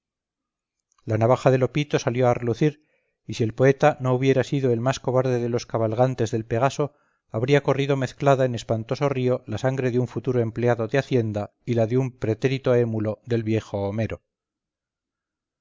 la navaja de lopito salió a relucir y si el poeta no hubiera sido el más cobarde de los cabalgantes del pegaso habría corrido mezclada en espantoso río la sangre de un futuro empleado de hacienda y la de un pretérito émulo del viejo homero